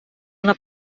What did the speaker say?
una